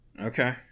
Okay